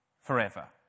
forever